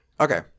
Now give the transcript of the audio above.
Okay